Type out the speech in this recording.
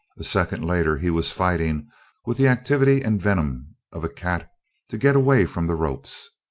a second later he was fighting with the activity and venom of a cat to get away from the ropes.